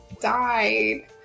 died